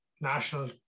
National